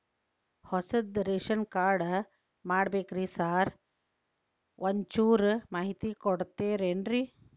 ಹೊಸದ್ ration card ಮಾಡ್ಬೇಕ್ರಿ sir ಒಂಚೂರ್ ಮಾಹಿತಿ ಕೊಡ್ತೇರೆನ್ರಿ?